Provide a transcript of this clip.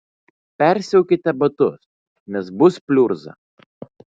persiaukite batus nes bus pliurza